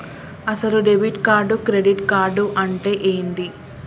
అసలు debit card credit card అంటే ఏంది?